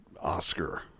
Oscar